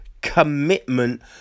commitment